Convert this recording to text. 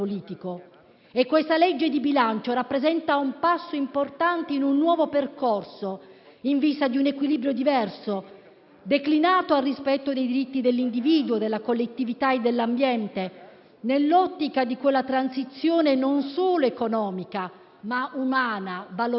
e questa legge di bilancio rappresenta un passo importante in un nuovo percorso, in vista di un equilibrio diverso, declinato al rispetto dei diritti dell'individuo, della collettività e dell'ambiente, nell'ottica di quella transizione non solo economica, ma anche umana, valoriale;